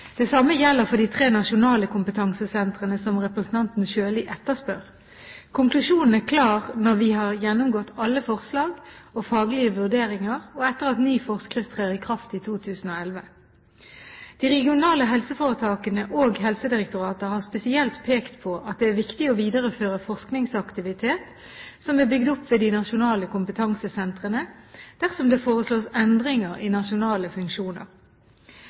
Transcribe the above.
Det samme gjelder for de tre nasjonale kompetansesentrene som representanten Sjøli etterspør. Konklusjonen er klar når vi har gjennomgått alle forslag og faglige vurderinger, og etter at ny forskrift trer i kraft i 2011. De regionale helseforetakene og Helsedirektoratet har spesielt pekt på at det er viktig å videreføre forskningsaktivitet som er bygd opp ved de nasjonale kompetansesentrene, dersom det foreslås endringer i nasjonale funksjoner.